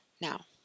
Now